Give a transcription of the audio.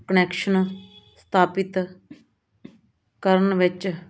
connection ਸਥਾਪਿਤ ਕਰਨ ਵਿੱਚ